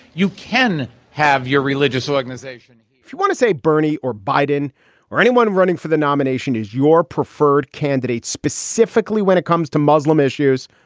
you can have your religious organization you want to say bernie or biden or anyone running for the nomination is your preferred candidate specifically when it comes to muslim issues?